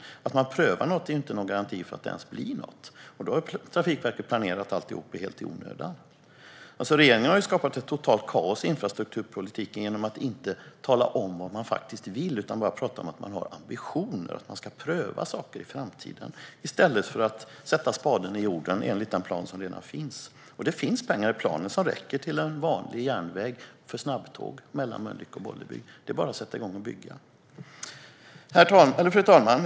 Men att man prövar något är ju inte någon garanti för att det ens blir något, och i så fall har Trafikverket planerat alltihop helt i onödan. Regeringen har skapat ett totalt kaos i infrastrukturpolitiken genom att inte tala om vad man faktiskt vill utan bara pratar om att man har ambitioner och att man ska pröva saker i framtiden i stället för att sätta spaden i jorden enligt den plan som redan finns. Och det finns pengar i planen som räcker till en vanlig järnväg för snabbtåg mellan Mölnlycke och Bollebygd. Det är bara att sätta igång och bygga. Fru talman!